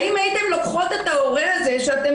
האם הייתן לוקחות את ההורה הזה שאתן